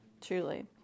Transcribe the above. truly